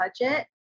budget